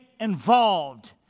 involved